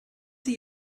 sie